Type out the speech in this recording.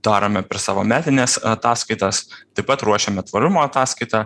darome per savo metines ataskaitas taip pat ruošiame tvarumo ataskaitą